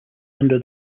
under